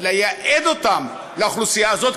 לייעד אותן לאוכלוסייה הזאת,